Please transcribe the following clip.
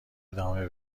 ادامه